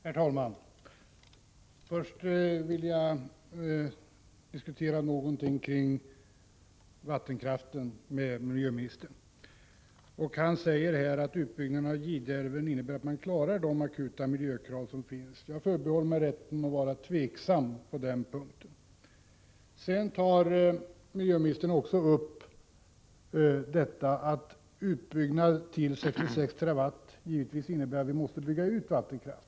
Herr talman! Först vill jag något diskutera vattenkraft med miljöministern. Han säger att en utbyggnad av Gideälven kan ske så att man klarar de akuta miljökrav som finns. Jag förbehåller mig rätten att vara tveksam på den punkten. Miljöministern tar upp detta att beslutet om utbyggnad till 66 TWh innebär att vi måste bygga ut vattenkraft.